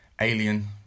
Alien